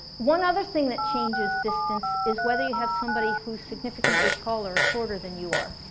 one other thing that changes distance is whether you have somebody who's significantly taller or shorter than you are